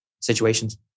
situations